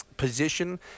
position